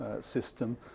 system